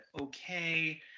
Okay